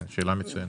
שאלה מצוינת.